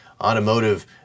automotive